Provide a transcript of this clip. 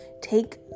Take